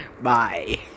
bye